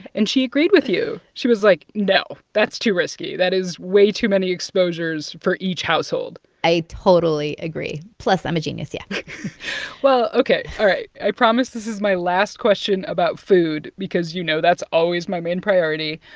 and she agreed with you. she was like, no. that's too risky. that is way too many exposures for each household i totally agree. plus, i'm a genius. yeah well, ok. all right. i promise this is my last question about food because, you know, that's always my main priority.